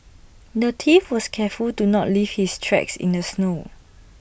the thief was careful to not leave his tracks in the snow